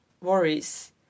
worries